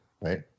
right